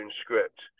script